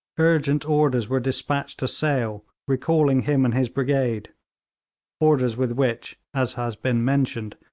urgent orders were despatched to sale, recalling him and his brigade orders with which, as has been mentioned,